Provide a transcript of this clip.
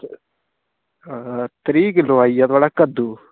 हां त्रीह् किल्लो आई गेआ थुआढ़ा कद्दू